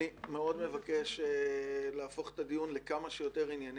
אני מאוד מבקש להפוך את הדיון לכמה שיותר ענייני,